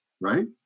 right